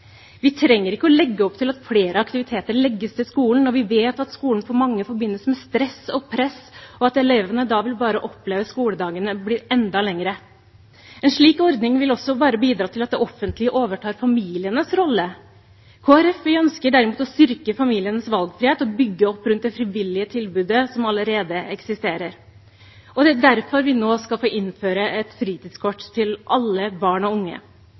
Vi trenger ikke å legge opp til at flere aktiviteter legges til skolen når vi vet at skolen for mange forbindes med stress og press, og at elevene da bare vil oppleve at skoledagene blir enda lengre. En slik ordning vil også bare bidra til at det offentlige overtar familienes rolle. Kristelig Folkeparti ønsker derimot å styrke familienes valgfrihet og bygge opp rundt det frivillige tilbudet som allerede eksisterer. Det er derfor vi nå skal få innføre et fritidskort til alle barn og unge,